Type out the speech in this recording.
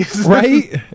Right